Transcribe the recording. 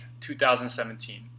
2017